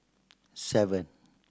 seven